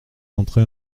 entré